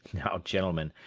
now, gentlemen,